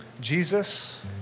Jesus